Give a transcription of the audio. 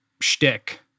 shtick